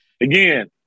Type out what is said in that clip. again